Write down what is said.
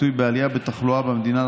חבר הכנסת קרעי, בבקשה.